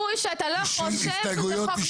אין סיכוי שאתה לא חושב שזה חוק מושחת.